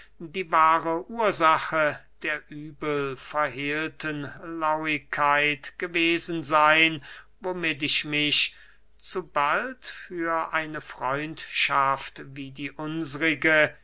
die wahre ursache der übelverhehlten lauigkeit gewesen seyn womit ich mich zu bald für eine freundschaft wie die unsrige